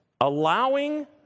allowing